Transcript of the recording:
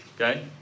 Okay